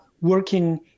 working